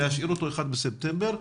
להשאיר אותו ב-1 לספטמבר,